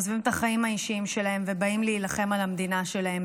עוזבים את החיים האישיים שלהם ובאים להילחם על המדינה שלהם,